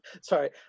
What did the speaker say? sorry